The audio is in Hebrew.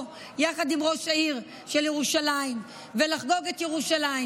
יחד עם ראש העיר של ירושלים ולחגוג את ירושלים.